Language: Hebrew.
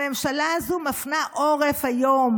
הממשלה הזו מפנה עורף היום,